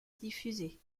diffusés